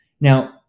Now